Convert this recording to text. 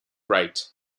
rite